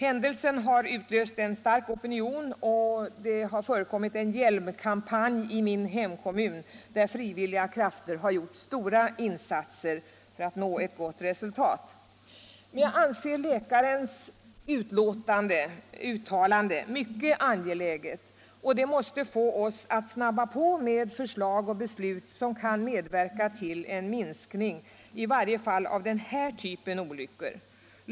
Händelsen har utlöst en stark opinion, och det har be drivits en hjälmkampanj i min hemkommun, där frivilliga krafter har gjort stora insatser för att uppnå ett gott resultat. Jag anser läkarens uttalande så angeläget att det måste få oss att skynda på med förslag och beslut som kan medverka till en minskning av i varje fall denna typ av olyckor.